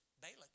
Balak